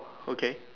okay